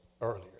earlier